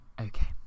Okay